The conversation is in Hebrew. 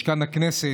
משכן הכנסת.